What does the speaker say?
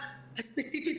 דירות בתפקוד